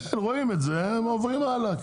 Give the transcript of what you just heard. כן, רואים את זה ועוברים הלאה.